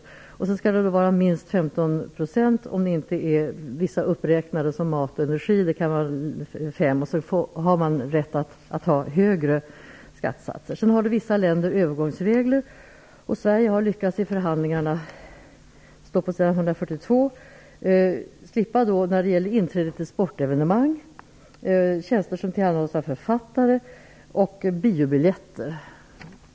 Skattesatsen skall vara minst 15 % om det inte gäller vissa uppräknade varor och tjänster som mat och energi där den kan vara 5 %. Man har rätt att ha högre skattesatser. Vissa länder har övergångsregler. Sverige har, det står på s. 142, i förhandlingarna lyckats slippa mervärdesskatt när det gäller inträde till sportevenemang, tjänster som tillhandahålls av författare och biobiljetter.